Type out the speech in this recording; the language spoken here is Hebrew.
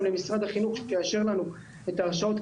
למשרד החינוך שיאשר לנו את ההרשאות,